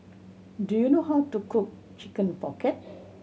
do you know how to cook Chicken Pocket